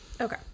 Okay